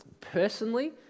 Personally